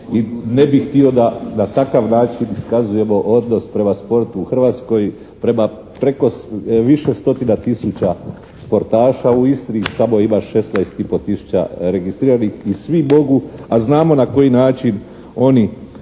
i ne bih htio da na takav način iskazujemo odnos prema sportu u Hrvatskoj, prema preko više stotina tisuća sportaša. U Istri ih ima samo 16,5 tisuća registriranih i svi mogu a znamo na koji način oni